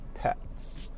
pets